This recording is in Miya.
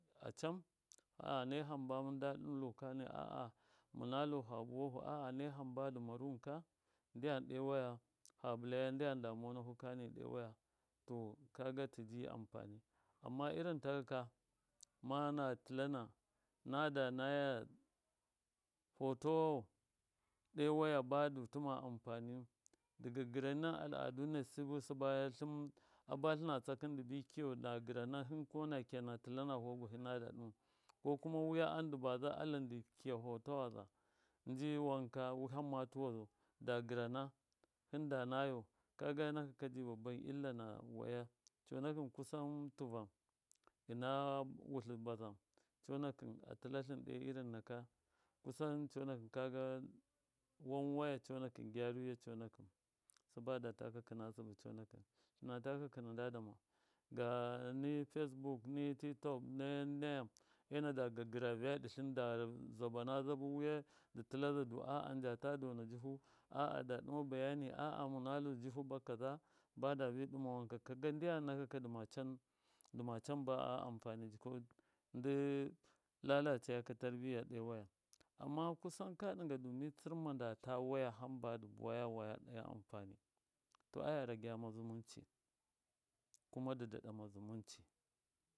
Aca. a. a nai hamba mɨndalu kani munalu fa buwahu a. a nai hamba dɨ maruwɨn ka ndyam ɗo waya to kaga tiji anfani amma irin takaka mana tilana ma nada nayaya. fotowawo ɗo waya badu tɨma anfaniyu dɨ gagɨrana al. adu na sɨbɨ sɨba a batlɨn tsakɨn dɨbi kiyau da gɨrana hɨm kuma na kɨya na tlɨna vuwagwahi nada ɗɨmau, ko kuma wiya am dɨ baza a lɨm dɨ kyia foto tawaza nji wanka wiham ma tuwazau da gɨrana hɨnda nayau kaga nakaka ji baban illa na waya conakɨn kusan tɨvan ɨna wutlɨ bazam conakɨn a tɨlatlin ɗe irin naka kusan conakɨn kaga wan waya conakɨn gyaruya conakɨn sɨba data kakɨna sɨbɨ conakɨn tlina ta kakɨna nda dama gani facebook ni tiktok enada gagɨra vyaɗɨtlɨn da zaba zabɨ dɨ tɨlaza du a a njata dona jɨfɨ a a da ɗɨma bayani a a mɨnalu jɨfɨ ba kaza badabi ɗɨma wanka kaga ndyam wankaka dɨma can ba anfani jikau ndɨ lalacakɨ tarbiya ɗo waya amma kusa ka ɗɨnga mi tsɨrma ndata waya hamba dɨ buwaya waya ɗo anfani to a ragyama zumunci kuma dɨ daɗama zumunci.